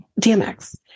dmx